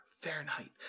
Fahrenheit